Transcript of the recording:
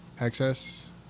Access